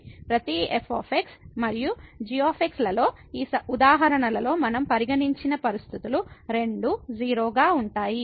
ప్రతి f మరియు g లలో ఈ ఉదాహరణలలో మనం పరిగణించిన పరిస్థితులు రెండూ 0 గా ఉంటాయి